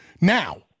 Now